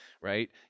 right